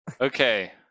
Okay